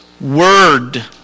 Word